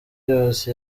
yose